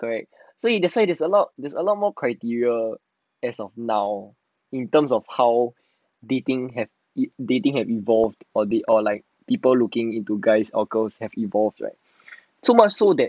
correct so that's why there is a lot more criteria as of now in terms of how dating have dating have evolved or the or like people looking into guys or girls have evolved right so much so that